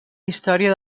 història